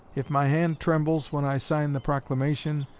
if my hand trembles when i sign the proclamation,